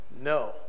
no